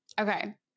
Okay